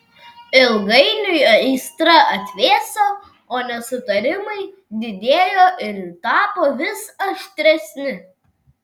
ilgainiui aistra atvėso o nesutarimai didėjo ir tapo vis aštresni